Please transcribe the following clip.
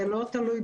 זה לא תלוי בנו.